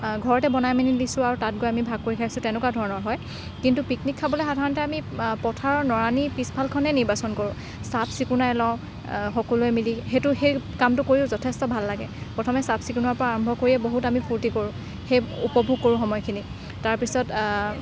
ঘৰতে বনাই মেলি নিছোঁ আৰু তাত গৈ আমি ভাগ কৰি খাইছোঁ তেনেকুৱা ধৰণৰ হয় কিন্তু পিকনিক খাবলৈ সাধাৰণতে আমি পথাৰৰ নৰানীৰ পিছফালখনেই নিৰ্বাচন কৰোঁ চাফ চিকুণাই লওঁ সকলোৱে মিলি সেইটো সেই কামটো কৰিও যথেষ্ট ভাল লাগে প্ৰথমে চাফ চিকুণৰ পৰা আৰম্ভ কৰিয়ে বহুত আমি ফুৰ্তি কৰোঁ সেই উপভোগ কৰোঁ সময়খিনি তাৰপিছত